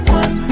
one